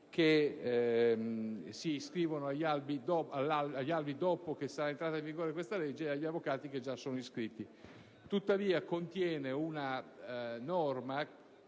che si iscrivono agli albi dopo che sarà entrata in vigore questa legge e agli avvocati che già sono iscritti. Tuttavia, contiene una